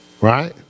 right